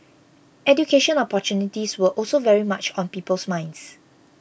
education opportunities were also very much on people's minds